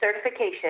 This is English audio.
certification